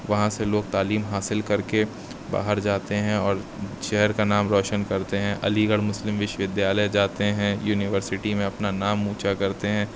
وہاں سے لوگ تعلیم حاصل کر کے باہر جاتے ہیں اور شہر کا نام روشن کرتے ہیں علی گڑھ مسلم وشو ودھیالیہ جاتے ہیں یونیورسٹی میں اپنا نام اونچا کرتے ہیں